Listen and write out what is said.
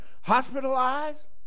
hospitalized